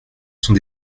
sont